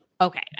Okay